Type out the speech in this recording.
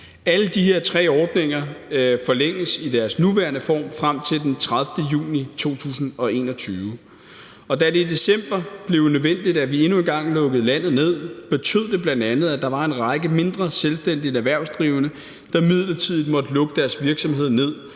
Alle de her tre ordninger forlænges i deres nuværende form frem til den 30. juni 2021. Da det i december blev nødvendigt, at vi endnu en gang lukkede landet ned, betød det bl.a., at der var en række mindre selvstændigt erhvervsdrivende, der midlertidigt måtte lukke deres virksomhed ned,